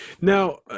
Now